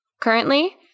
Currently